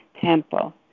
temple